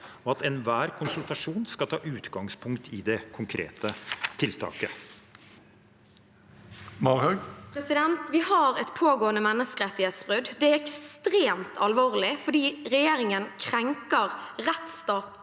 og at enhver konsultasjon skal ta utgangspunkt i det konkrete tiltaket. Sofie Marhaug (R) Vi har et pågående menneskerettighetsbrudd. Det er ekstremt alvorlig fordi regjeringen krenker rettsstatens